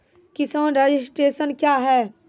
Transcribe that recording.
किसान रजिस्ट्रेशन क्या हैं?